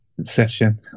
session